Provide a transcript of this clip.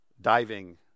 diving